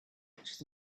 which